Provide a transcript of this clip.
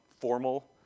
formal